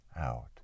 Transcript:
out